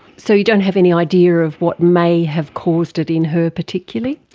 so you don't have any idea of what may have caused it in her particularly?